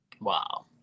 Wow